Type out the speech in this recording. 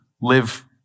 live